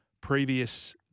previous